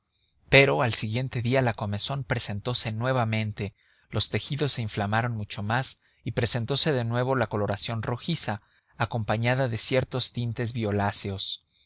pero al siguiente día la comezón presentose nuevamente los tejidos se inflamaron mucho más y presentose de nuevo la coloración rojiza acompañada de ciertos tintes violáceos